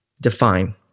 define